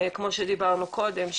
כמו שדיברנו קודם,